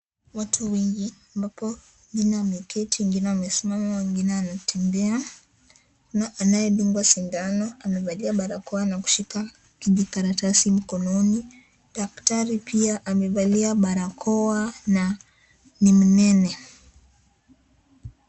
Watu wengi ambapo wengine wameketi, wangine wamesimama, wangine wanatembea. Anayedungwa sindano amevalia barakoa na kushika kijikaratasi mkononi, daktari pia amevalia barakoa na ni mnene.